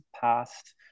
past